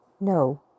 No